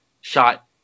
shot